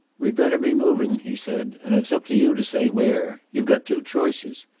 we'd better be moving, he said, and it's up to you to say where. you've got two choices.